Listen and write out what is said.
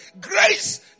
Grace